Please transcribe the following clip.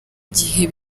igihe